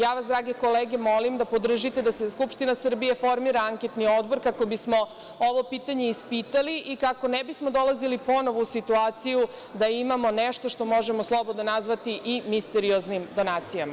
Ja vas, drage kolege, molim da podržite da Skupština Srbije formira anketni odbor kako bismo ovo pitanje ispitali i kako ne bismo dolazili ponovo u situaciju da imamo nešto što možemo slobodno nazvati i misterioznim donacijama.